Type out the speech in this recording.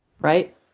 Right